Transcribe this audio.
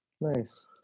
Nice